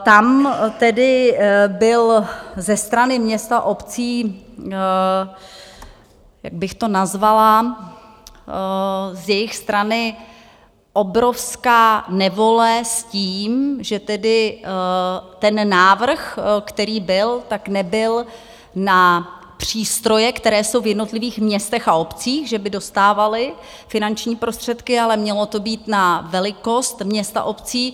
Tam tedy byl ze strany měst a obcí, jak bych to nazvala, z jejich strany obrovská nevole s tím, že tedy ten návrh, který byl, tak nebyl na přístroje, které jsou v jednotlivých městech a obcích, že by dostávaly finanční prostředky, ale mělo to být na velikost měst a obcí.